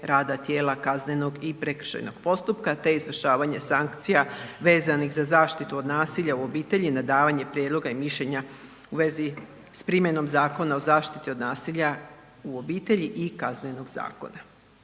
rada tijela kaznenog i prekršajnog postupka te izvršavanje sankcija vezanih za zaštitu od nasilja u obitelji na davanje prijedloga i mišljenja u vezi s primjenom Zakona o zaštiti od nasilja u obitelji i Kaznenog zakona.